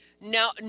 no